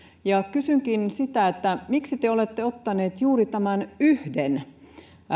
kysynkin miksi te olette ottaneet juuri tämän yhden